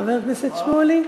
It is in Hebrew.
חברת הכנסת סתיו שפיר.